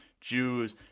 jews